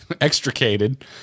extricated